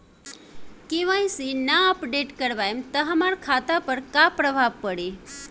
KYC ना update करवाएम त हमार खाता पर का प्रभाव पड़ी?